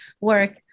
work